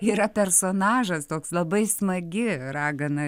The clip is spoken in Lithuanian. yra personažas toks labai smagi ragana